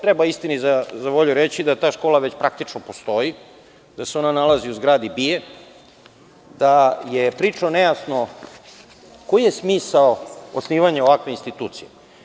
Treba istini za volju reći da ta škola već praktično postoji, da se ona nalazi u zgradi BIA, da je prilično nejasno koji je smisao osnivanja ovakve institucije.